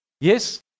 Yes